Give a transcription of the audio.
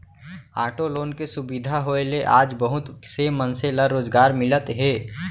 auto loan के सुबिधा होए ले आज बहुत से मनसे ल रोजगार मिलत हे